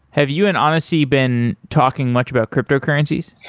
have you and anesi been talking much about cryptocurrencies?